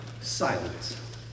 Silence